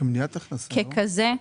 ככזה,